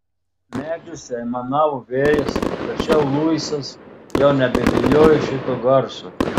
medžiuose aimanavo vėjas tačiau luisas jau nebebijojo šito garso